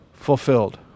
fulfilled